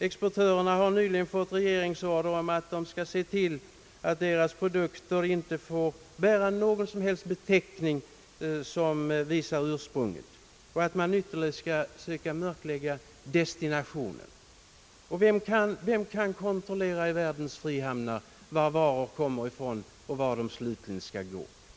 Exportörerna har nyligen fått regeringsorder att se till att deras produkter inte bär någon som helst beteckning som visar ursprunget och att man ytterligare skall söka mörklägga destinationen. Och vem kan kontrollera i världens frihamnar var varor kommer ifrån och vart de slutligen skall gå?